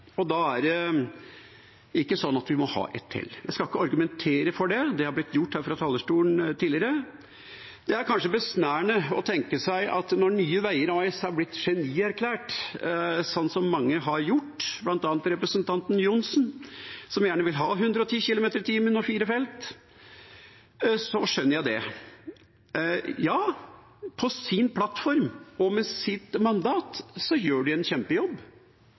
og vi må ikke ha ett til. Jeg skal ikke argumentere mot det, det har blitt gjort her fra talerstolen tidligere. Det er kanskje besnærende å tenke seg at når Nye Veier AS har blitt genierklært, som de av mange har blitt – bl.a. av representanten Johnsen, som gjerne vil ha 110 km/t og fire felt – så skjønner jeg det. Ja, på sin plattform og med sitt mandat gjør de en kjempejobb,